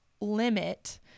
limit